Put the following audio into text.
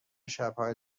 شبهای